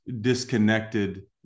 disconnected